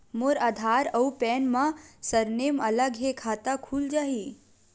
मोर आधार आऊ पैन मा सरनेम अलग हे खाता खुल जहीं?